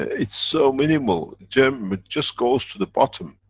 it's so minimal, germany, just goes to the bottom.